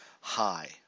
high